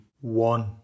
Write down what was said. one